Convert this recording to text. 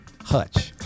Hutch